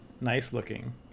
nice-looking